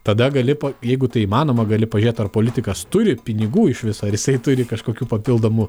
tada gali po jeigu tai įmanoma gali pažiūrėt ar politikas turi pinigų iš viso ar jisai turi kažkokių papildomų